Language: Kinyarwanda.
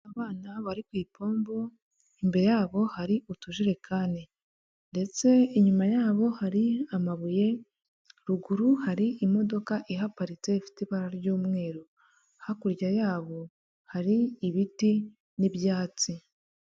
Abana bari ku ipombo imbere yabo hari utujerekani ndetse inyuma yabo hari amabuye, ruguru hari imodoka ihaparitse ifite ibara ry'umweru, hakurya yabo hari ibiti n'ibyatsi.